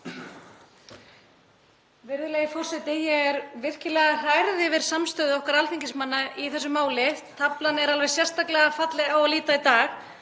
Virðulegi forseti. Ég er virkilega hrærð yfir samstöðu okkar alþingismanna í þessu máli. Taflan er alveg sérstaklega falleg á að líta í dag